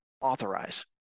authorize